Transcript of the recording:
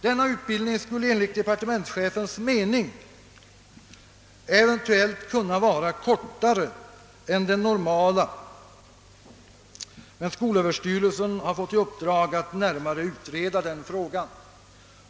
Denna utbildning skulle enligt departementschefens mening eventuellt kunna vara kortare än den normala. Skolöverstyrelsen har fått i uppdrag att närmare utreda den frågan.